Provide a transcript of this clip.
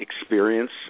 experience